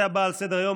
הנושא הבא על סדר-היום,